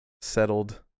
settled